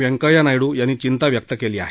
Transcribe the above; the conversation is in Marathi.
वेंकय्या नायडू यांनी चिंता व्यक्त केली आहे